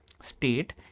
state